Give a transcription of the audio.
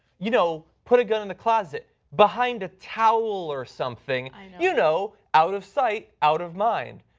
you know put a gun in a closet behind a towel or something, you know, out of sight, out of mind.